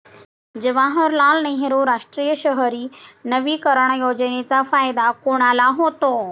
जवाहरलाल नेहरू राष्ट्रीय शहरी नवीकरण योजनेचा फायदा कोणाला होतो?